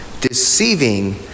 deceiving